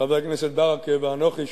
חבר הכנסת ברכה ואנוכי,